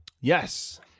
Yes